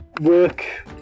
work